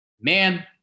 man